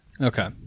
Okay